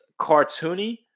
cartoony